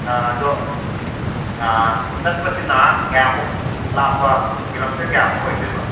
ꯑꯥ ꯑꯗꯣ ꯑꯥ ꯆꯠꯄꯁꯤꯅ ꯀꯌꯥꯃꯨꯛ ꯂꯥꯞꯄ ꯀꯤꯂꯣꯃꯤꯇꯔ ꯀꯌꯥꯃꯨꯛ ꯑꯣꯏꯗꯣꯏꯕ